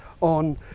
on